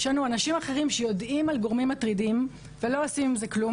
יש לנו אנשים אחרים שיודעים על גורמים מטרידים ולא עושים עם זה כלום.